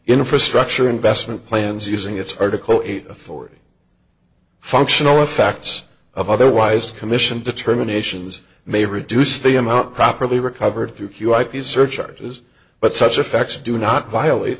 infrastructure investment plans using its article eight authority functional the facts of otherwise the commission determinations may reduce the amount properly recovered through q ip surcharges but such effects do not violate